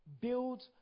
build